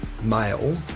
male